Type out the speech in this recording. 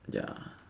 ya